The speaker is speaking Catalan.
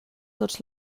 tots